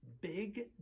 big